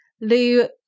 Lou